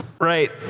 Right